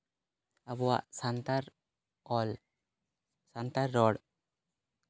ᱟᱵᱚᱣᱟᱜ ᱥᱟᱱᱛᱟᱲ ᱚᱞ ᱥᱟᱱᱛᱟᱲ ᱨᱚᱲ